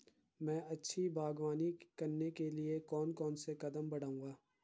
मैं अच्छी बागवानी करने के लिए कौन कौन से कदम बढ़ाऊंगा?